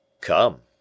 Come